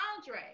Andre